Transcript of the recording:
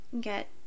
get